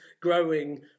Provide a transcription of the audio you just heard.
growing